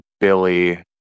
Billy